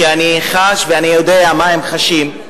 כשאני חש ואני יודע מה הם חשים,